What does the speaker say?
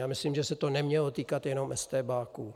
A myslím, že se to nemělo týkat jenom estébáků.